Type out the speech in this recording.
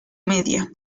media